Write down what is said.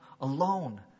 alone